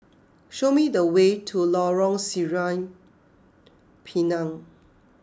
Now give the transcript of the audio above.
show me the way to Lorong Sireh Pinang